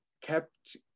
kept